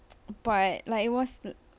but like it was